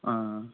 آ